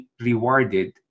rewarded